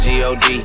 G-O-D